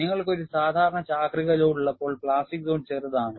നിങ്ങൾക്ക് ഒരു സാധാരണ ചാക്രിക ലോഡ് ഉള്ളപ്പോൾ പ്ലാസ്റ്റിക് സോൺ ചെറുതാണ്